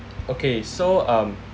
okay so um